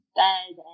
bed